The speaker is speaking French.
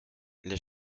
les